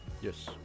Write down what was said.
Yes